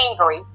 angry